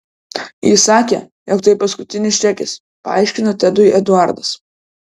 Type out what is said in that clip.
ji sakė jog tai paskutinis čekis paaiškino tedui eduardas